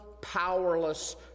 powerless